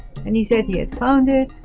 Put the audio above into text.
and he said he had found it,